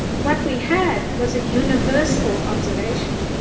what we had was a universal observation.